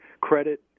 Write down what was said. credit